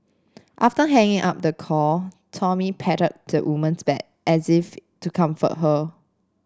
after hanging up the call Tommy patted the woman's back as if to comfort her